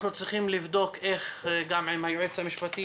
אנחנו צריכים לבדוק עם היועץ המשפטי